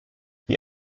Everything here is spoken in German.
wie